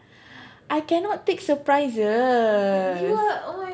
I cannot take surprises